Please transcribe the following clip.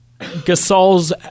Gasol's